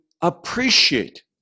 appreciate